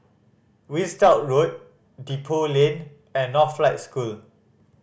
Winstedt Road Depot Lane and Northlight School